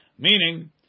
Meaning